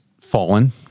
fallen